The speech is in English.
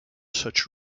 such